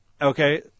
Okay